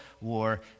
war